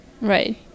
Right